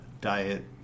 diet